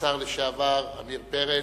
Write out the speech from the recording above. השר לשעבר, עמיר פרץ,